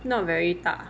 not very 大